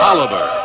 Oliver